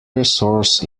resource